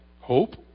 hope